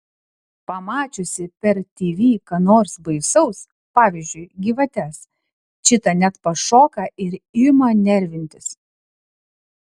pamačiusi per tv ką nors baisaus pavyzdžiui gyvates čita net pašoka ir ima nervintis